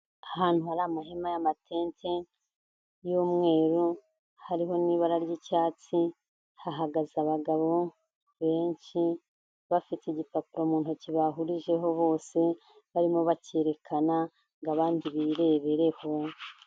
Ahantu hari amahema y'amatente, y'umweru, hariho n'ibara ry'icyatsi, hahagaze abagabo benshi, bafite igipapuro mu ntoki bahurijeho bose, barimo bakerekana, ngo abandi birebereho.